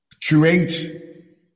Curate